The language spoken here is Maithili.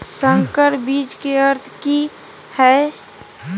संकर बीज के अर्थ की हैय?